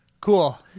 Cool